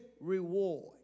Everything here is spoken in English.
reward